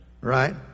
right